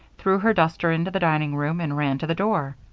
threw her duster into the dining-room and ran to the door.